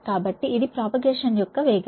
కాబట్టి ఇది ప్రాపగేషన్ యొక్క వేగం